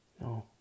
No